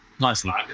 nicely